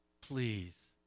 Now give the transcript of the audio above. please